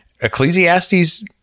Ecclesiastes